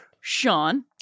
Sean